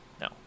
No